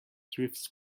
drifts